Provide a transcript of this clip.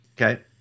Okay